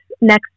next